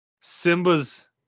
Simba's